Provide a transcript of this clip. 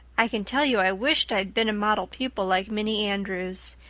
i can tell you i wished i'd been a model pupil like minnie andrews.